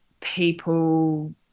people